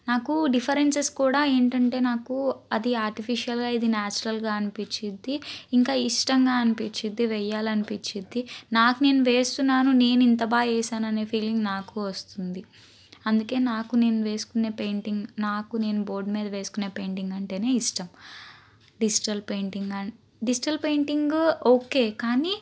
నాకు డిఫరెన్సెస్ కూడా ఏంటంటే నాకు అది ఆర్టిఫిషియల్గా ఇది నాచురల్గా అనిపిచ్చిది ఇంకా ఇష్టంగా అనిపిచ్చిది వెయ్యాలి అనిపిచ్చిది నాకు నేను వేస్తున్నాను నేను ఇంత బాగా వేశాను అనే ఫీలింగ్ నాకు వస్తుంది అందుకే నాకు నేను వేసుకునే పెయింటింగ్ నాకు నేను బోర్డు మీద వేసుకునే పెయింటింగ్ అంటేనే ఇష్టం digital painting digital painting okay కానీ